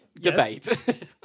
Debate